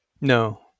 No